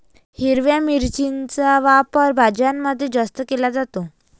हिरव्या मिरचीचा वापर भाज्यांमध्ये जास्त केला जातो